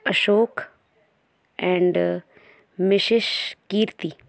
Ashok and Mrs Kirti